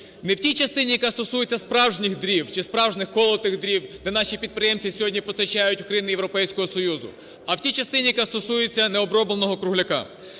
Не в тій частині, яка стосується справжніх дров чи справжніх колотих дров, де наші підприємці сьогодні постачають у країни Європейського Союзу, а в тій частині, яка стосується необробленого кругляка.